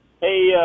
Hey